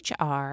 HR